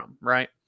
right